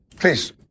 Please